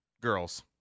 girls